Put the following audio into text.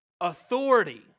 authority